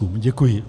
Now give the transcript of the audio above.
Děkuji.